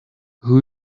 who